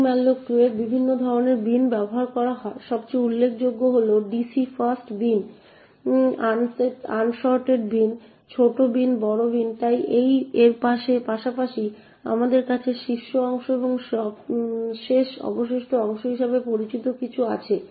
ptmalloc2 এ বিভিন্ন ধরণের বিন ব্যবহার করা হয় সবচেয়ে উল্লেখযোগ্য হল DC fast bin unsorted bin ছোট বিন বড় বিন তাই এর পাশাপাশি আমাদের কাছে শীর্ষ অংশ এবং শেষ অবশিষ্ট অংশ হিসাবে পরিচিত কিছু আছে